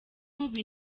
mubi